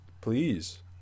Please